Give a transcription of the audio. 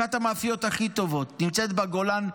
אחת המאפיות הכי טובות נמצאת בגולן,